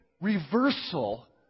reversal